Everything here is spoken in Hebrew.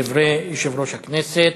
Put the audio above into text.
דברי יושב-ראש הכנסת,